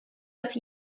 dass